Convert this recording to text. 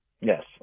Yes